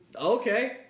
okay